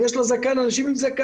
אם יש לו זקן אנשים עם זקן,